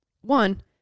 one